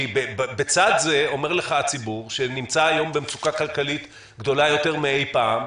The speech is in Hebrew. בצד זה אומר לך הציבור שנמצא היום במצוקה כלכלית גדולה יותר מאי פעם: